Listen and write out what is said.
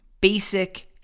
basic